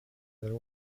there